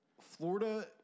Florida